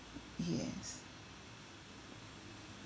yes